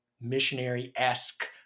missionary-esque